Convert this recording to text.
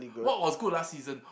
what was good last season